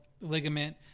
ligament